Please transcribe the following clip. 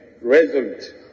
resolute